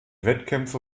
wettkämpfe